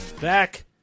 back